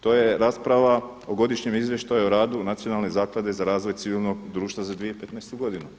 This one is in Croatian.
To je rasprava o Godišnjem izvještaju o radu Nacionalne zaklade za razvoj civilnog društva za 2015. godinu.